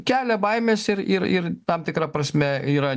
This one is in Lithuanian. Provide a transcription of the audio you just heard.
kelia baimes ir ir ir tam tikra prasme yra